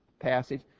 passage